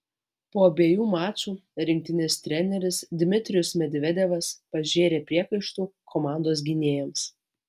po abiejų mačų rinktinės treneris dmitrijus medvedevas pažėrė priekaištų komandos gynėjams